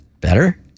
better